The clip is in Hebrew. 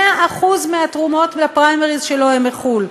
100% התרומות לפריימריז שלו הן מחו"ל.